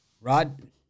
Rod